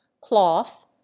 cloth